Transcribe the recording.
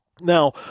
Now